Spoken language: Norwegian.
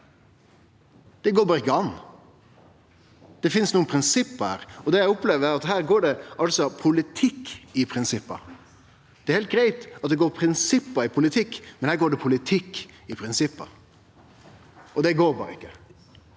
Det går berre ikkje an. Det finst nokre prinsipp her. Det eg opplever her, er at det går politikk i prinsippa. Det er heilt greitt at det går prinsipp i politikk, men her går det politikk i prinsippa, og det går berre ikkje.